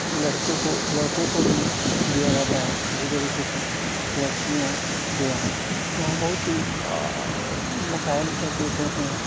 لڑکوں کو لڑکوں کو بھی دیا جاتا ہے اسی طریقے سے لڑکیوں کے یہاں یہاں بہت سی مسائل درپیش ہوتے ہیں